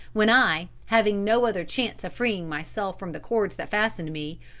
when i, having no other chance of freeing myself from the cords that fastened me,